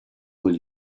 will